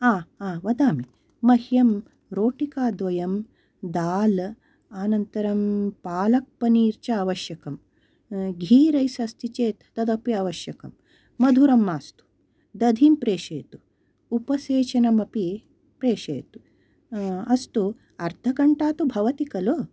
हां हां वदामि मह्यं रोटिका द्वयं दाल् अनन्तरं पालक् पनीर् च आवश्यकं घीरैस् अस्ति चेत् तदपि आवश्यकं मधुरं मास्तु दधिं प्रेषयतु उपसेचनमपि प्रेषयतु अस्तु अर्धघण्टा तु भवति खलु